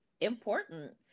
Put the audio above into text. important